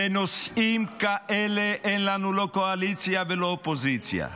בנושאים כאלה אין לנו לא קואליציה ולא אופוזיציה.